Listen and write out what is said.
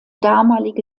damalige